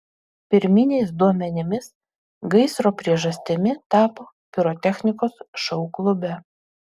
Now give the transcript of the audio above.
pirminiais duomenimis gaisro priežastimi tapo pirotechnikos šou klube